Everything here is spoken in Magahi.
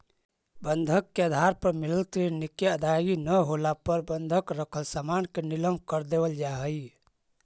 बंधक के आधार पर मिलल ऋण के अदायगी न होला पर बंधक रखल सामान के नीलम कर देवल जा हई